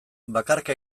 bakarka